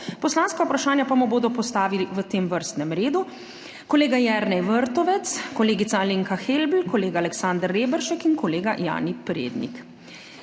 Poslanska vprašanja pa mu bodo postavili v tem vrstnem redu: kolega Jernej Vrtovec, kolegica Alenka Helbl, kolega Aleksander Reberšek in kolega Jani Prednik.